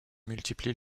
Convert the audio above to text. multiplie